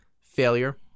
Failure